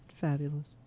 fabulous